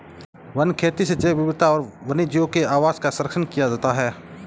one खेती से जैव विविधता और वन्यजीवों के आवास का सरंक्षण किया जाता है